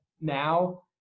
now